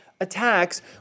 attacks